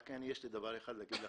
רק דבר אחד יש לי להגיד לכם.